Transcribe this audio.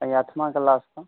ये आठवाँ क्लास का